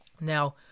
Now